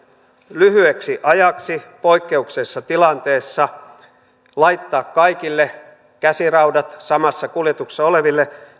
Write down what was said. lyhyeksi ajaksi poikkeuksellisessa tilanteessa laittaa kaikille samassa kuljetuksessa oleville